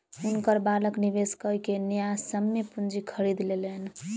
हुनकर बालक निवेश कय के न्यायसम्य पूंजी खरीद लेलैन